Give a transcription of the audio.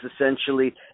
essentially